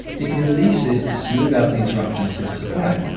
it can release this to smooth out interruptions to the supply.